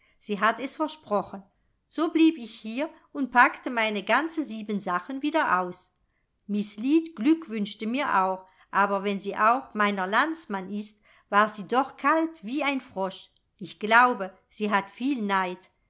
sie hat es versprochen so blieb ich hier und packte meine ganze siebensachen wieder aus miß lead glückwünschte mir auch aber wenn sie auch meiner landsmann ist war sie doch kalt wie ein frosch ich glaube sie hat viel neid